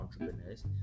entrepreneurs